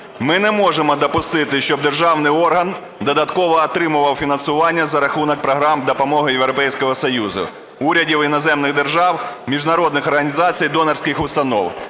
Ми не можемо допустити, щоб державний орган додатково отримував фінансування за рахунок програм допомоги Європейського Союзу, урядів іноземних держав, міжнародних організацій, донорських установ.